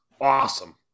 awesome